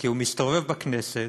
המנומס.